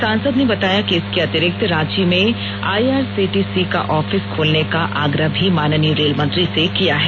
सांसद ने बताया कि इसके अतिरिक्त राँची में आईआरसीटीसी का ऑफिस खोलने का आग्रह भी माननीय रेल मंत्री से किया है